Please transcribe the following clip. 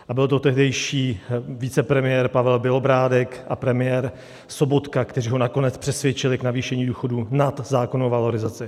A byl to tehdejší vicepremiér Pavel Bělobrádek a premiér Sobotka, kteří ho nakonec přesvědčili k navýšení důchodů nad zákonnou valorizaci.